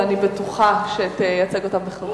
ואני בטוחה שתייצג אותם בכבוד.